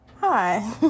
Hi